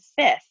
fifth